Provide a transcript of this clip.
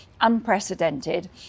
unprecedented